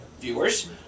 viewers